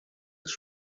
ist